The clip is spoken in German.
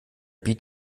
beat